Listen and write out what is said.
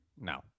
No